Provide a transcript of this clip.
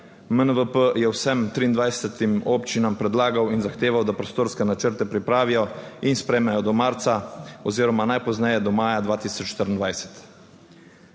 MNVP je vsem 23 občinam predlagal in zahteval, da prostorske načrte pripravijo in sprejmejo do marca oziroma najpozneje do maja 2024